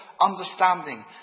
understanding